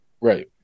Right